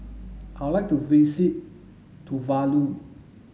I'd like to visit Tuvalu